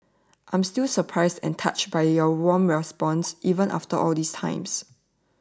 I'm still surprised and touched by your warm responses even after all this time